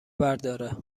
برداره